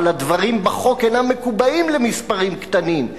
אבל הדברים בחוק אינם מקובעים למספרים קטנים.